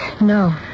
No